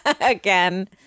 Again